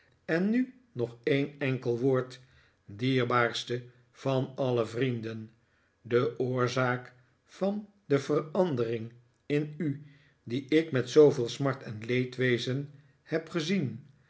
en nu nog een enkel woord dierbaarste van alle vrienden de oorzaak van de verandering in u die ik met zooveel smart en leedwezen heb gezien